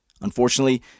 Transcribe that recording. Unfortunately